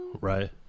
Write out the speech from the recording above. Right